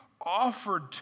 offered